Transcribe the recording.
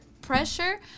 pressure